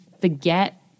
forget